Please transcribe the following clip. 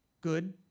good